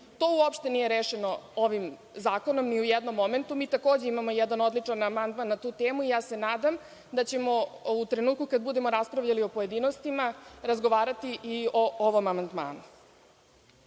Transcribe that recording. To uopšte nije rešeno ovim Zakonom, ni u jednom momentu. Mi takođe imamo jedan odličan amandman na tu temu. Nadam se da ćemo u trenutku, kada budemo raspravljali u pojedinostima, razgovarati i o ovom amandmanu. Jedan